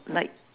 like